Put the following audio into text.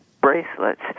bracelets